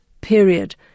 period